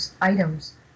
items